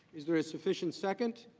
is there if sufficient second.